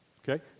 okay